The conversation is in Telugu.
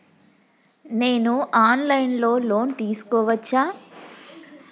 నేను ఆన్ లైన్ లో లోన్ తీసుకోవచ్చా?